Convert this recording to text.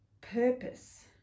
purpose